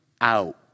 out